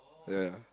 ya